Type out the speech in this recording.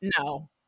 no